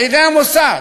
על-ידי המוסד,